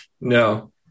No